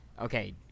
Okay